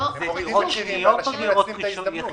אלו דירות שניות או דירות יחידות?